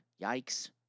Yikes